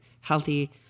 healthy